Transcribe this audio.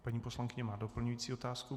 Paní poslankyně má doplňující otázku.